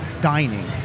dining